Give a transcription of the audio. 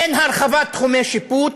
אין הרחבת תחומי שיפוט,